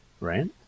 right